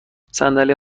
صندلی